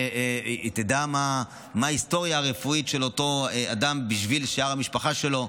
והוא ידע מה ההיסטוריה הרפואית של אותו אדם בשביל שאר המשפחה שלו.